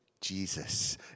Jesus